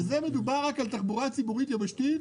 כאן מדובר רק על תחבורה ציבורית יבשתית